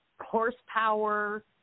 horsepower